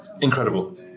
Incredible